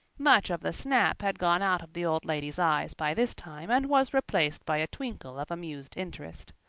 much of the snap had gone out of the old lady's eyes by this time and was replaced by a twinkle of amused interest.